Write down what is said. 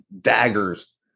daggers